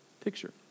picture